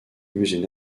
musée